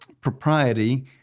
propriety